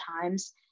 times